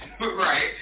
Right